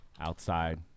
outside